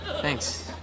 Thanks